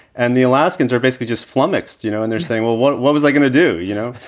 and the alaskan's are basically just flummoxed, you know, and they're saying, well, what what was i going to do, you know?